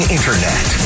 Internet